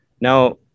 Now